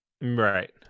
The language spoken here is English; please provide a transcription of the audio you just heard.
Right